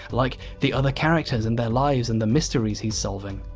like the other characters and their lives and the mysteries he's solving.